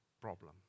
problem